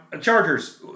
Chargers